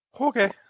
Okay